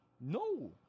No